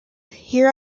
here